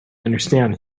understand